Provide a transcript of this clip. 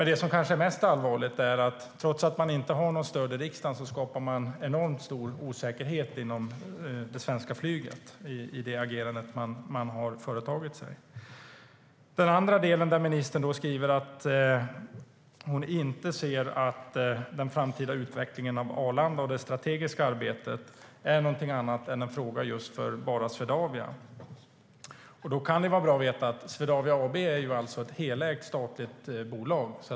Det som kanske är mest allvarligt är dock att man, trots att man inte har stöd i riksdagen, skapar en enormt stor osäkerhet inom det svenska flyget genom sitt agerande. Ministern säger också att hon inte ser att den framtida utvecklingen av Arlanda och det strategiska arbetet är någonting annat än en fråga för bara Swedavia. Då kan det vara bra att veta att Swedavia AB är ett helägt statligt bolag.